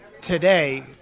today